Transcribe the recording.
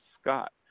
Scott